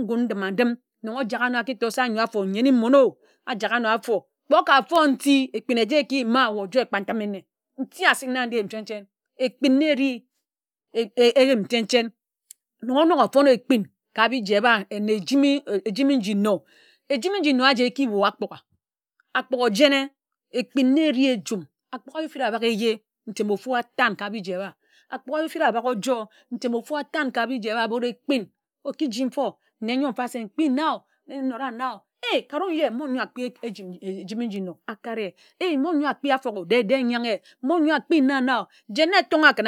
ngun ndima-ndim nnon ojak áno aki tor se ányor afo nyene mmon o ojak ano afo kpe oka fon̄ nti ekpin eja eki yima ojoe ekpatim-i-nne. Nti asik na ereh na ereh jen jen ekpin na eri eyim jen jen nnon onōk ofon ekpin ka biji eba ejimi nji nno. Ejimi nji nno aji eki bui ágbugha ágbugha ojena ekpin na eri ejum ágbugha efid eba m eje ntem ofu atán ka biji éba ágbugha efid ebák ójor ntem ofu atán ka biji éba but ekpin oki ji mfo nne ńyo mfa se mkpi na enōda na ei mmom ńyo akpi afugho de nyanghe mmon ńyo akpi na na jen na etońa ken.